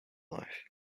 life